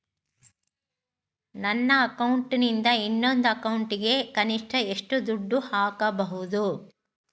ನನ್ನ ಅಕೌಂಟಿಂದ ಇನ್ನೊಂದು ಅಕೌಂಟಿಗೆ ಕನಿಷ್ಟ ಎಷ್ಟು ದುಡ್ಡು ಹಾಕಬಹುದು?